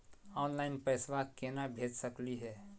Online पैसवा केना भेज सकली हे?